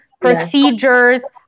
procedures